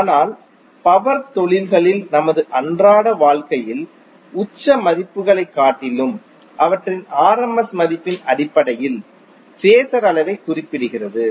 ஆனால் பவர் தொழில்களில் நமது அன்றாட வாழ்க்கையில் உச்ச மதிப்புகளைக் காட்டிலும் அவற்றின் rms மதிப்பின் அடிப்படையில் ஃபேஸர் அளவைக் குறிப்பிடுகிறது